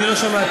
אני לא שמעתי.